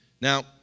Now